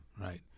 Right